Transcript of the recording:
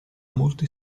molti